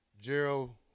Gerald